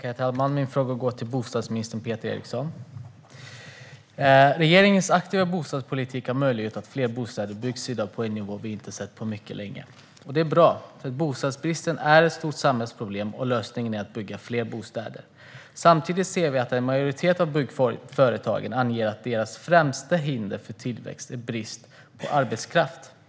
Herr talman! Min fråga går till bostadsminister Peter Eriksson. Regeringens aktiva bostadspolitik har möjliggjort att fler bostäder byggs i dag. Det är på en nivå som vi inte har sett på mycket länge. Det är bra. Bostadsbristen är nämligen ett stort samhällsproblem, och lösningen är att bygga fler bostäder. Samtidigt ser vi att en majoritet av byggföretagen anger att det främsta hindret för tillväxt är brist på arbetskraft.